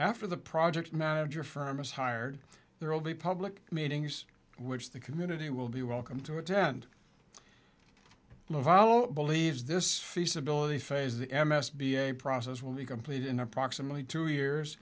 after the project manager firms hired there will be public meetings which the community will be welcome to attend laval believes this feasibility phase the m s b a process will be completed in approximately two years